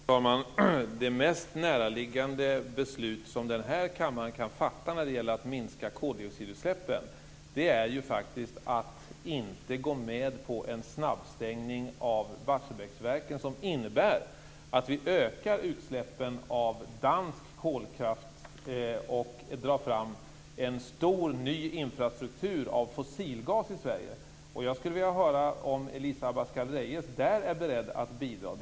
Fru talman! Det mest näraliggande beslut som denna kammare kan fatta när det gäller att minska koldioxidustläppen är ett beslut om att inte gå med på en snabbstängning av Barsebäcksverket, vilken innebär att vi ökar utsläppen från dansk kolkraft och drar fram en stor ny infrastruktur av fossilgas i Sverige. Jag skulle vilja höra om Elisa Abascal Reyes är beredd att bidra där.